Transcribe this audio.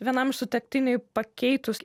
vienam sutuoktiniui pakeitus